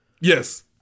yes